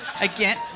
Again